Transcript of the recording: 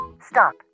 Stop